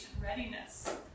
readiness